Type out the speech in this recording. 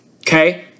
Okay